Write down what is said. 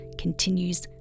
continues